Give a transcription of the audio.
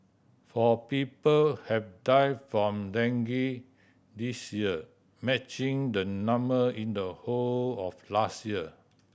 four people have died from dengue this year matching the number in the whole of last year